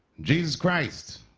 jesus christ.